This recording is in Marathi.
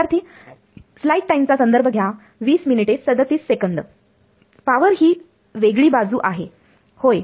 विद्यार्थी पावर ही वेगळी बाजू आहे